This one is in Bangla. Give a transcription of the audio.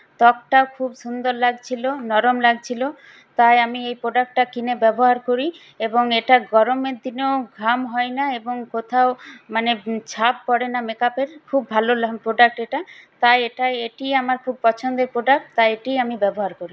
ত্বকটাও খুব সুন্দর লাগছিলো নরম লাগছিলো তাই আমি এই প্রোডাক্টটা কিনে ব্যবহার করি এবং এটা গরমের দিনেও ঘাম হয় না এবং কোথাও মানে ছাপ পড়ে না মেক আপের খুব ভালো প্রোডাক্ট এটা তাই এটা এটি আমার খুব পছন্দের প্রোডাক্ট তাই এটিই আমি ব্যবহার করি